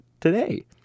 today